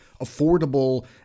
affordable